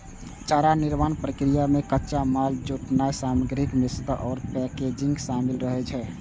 चारा निर्माण प्रक्रिया मे कच्चा माल जुटेनाय, सामग्रीक मिश्रण आ पैकेजिंग शामिल रहै छै